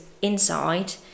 inside